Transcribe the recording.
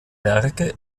werke